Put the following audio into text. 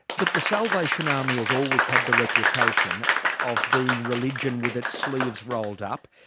but the salvation army has always had the reputation of being religion with its sleeves rolled up.